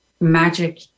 magic